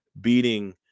beating